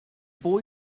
boy